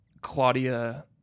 Claudia